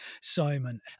Simon